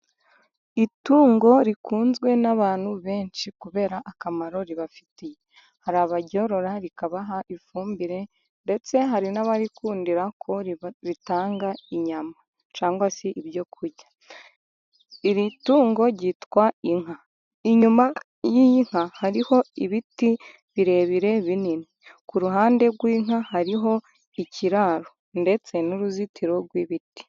Itungo rikunzwe n'abantu benshi kubera akamaro ribafitiye. Hari abaryorora rikabaha ifumbire, ndetse hari n'abarikundira ko ritanga inyama, cyangwa se ibyo kurya. Iri tungo ryitwa inka, inyuma y'iyi nka hariho ibiti birebire binini, ku ruhande rw'inka hariho ikiraro ndetse n'uruzitiro rw'ibiti.